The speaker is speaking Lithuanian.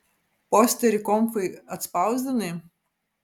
posterį konfai atspausdinai